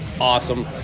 awesome